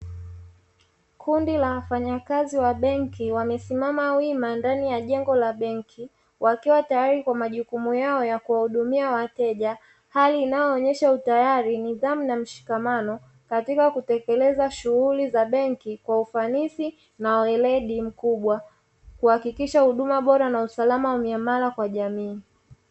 Kundi la wafanyakazi wa benki wamesimama wima ndani ya jengo la benki, wakiwa tayari kwa majukumu yao ya kuwahudumia wateja, hali inayoonyesha utayari, nidhamu na mshikamano katika kutekeleza shughuli za benki kwa ufanisi na weledi mkubwa, kuhakikisha huduma bora na usalama wa miamala kwa jamii.